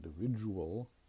individual